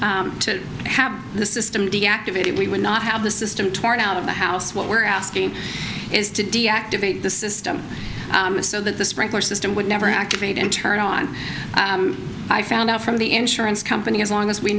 request to have the system deactivated we would not have the system torn out of the house what we're asking is to deactivate the system so that the sprinkler system would never activate and turn on i found out from the insurance company as long as we